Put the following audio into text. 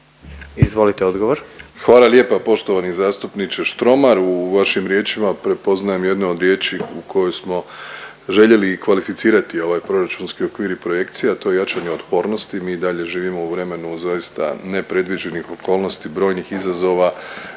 Hvala lijepa poštovani zastupniče Štromar. U vašim riječima prepoznajem jedne od riječi u koje smo željeli i kvalificirati ovaj proračunski okvir i projekcije, a to je jačanje otpornosti. Mi i dalje živimo u vremenu zaista nepredviđenih okolnosti, brojnih izazova.